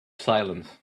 silence